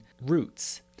roots